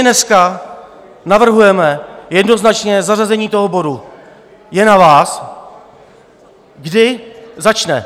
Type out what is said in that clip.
Dneska navrhujeme jednoznačně zařazení toho bodu, je na vás, kdy začne.